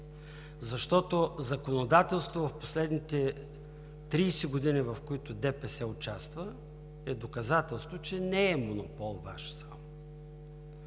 защото законодателството в последните 30 години, в което ДПС участва, е доказателство, че не е само